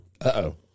uh-oh